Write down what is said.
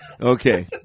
Okay